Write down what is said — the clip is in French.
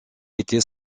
était